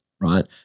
right